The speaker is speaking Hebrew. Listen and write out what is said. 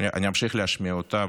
להשמיע אותה,